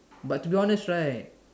but to be honest right